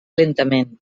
lentament